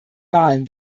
wahlen